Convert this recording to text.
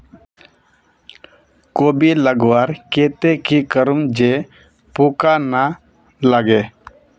कोबी लगवार केते की करूम जे पूका ना लागे?